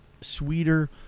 sweeter